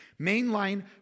mainline